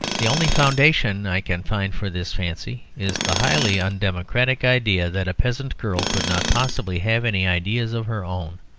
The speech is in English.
the only foundation i can find for this fancy is the highly undemocratic idea that a peasant girl could not possibly have any ideas of her own.